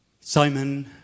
simon